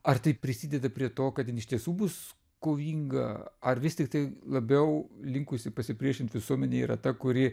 ar tai prisideda prie to kad jin iš tiesų bus kovinga ar vis tiktai labiau linkusi pasipriešint visuomenė yra ta kuri